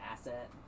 asset